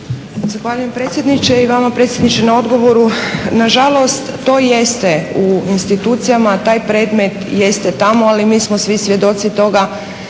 Zahvaljujem predsjedniče. I vama predsjedniče na odgovoru. Nažalost, to jeste u institucijama, taj predmet jeste tamo ali mi smo svi svjedoci toga